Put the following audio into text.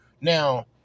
Now